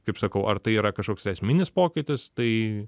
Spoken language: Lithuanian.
kaip sakau ar tai yra kažkoks esminis pokytis tai